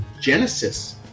Genesis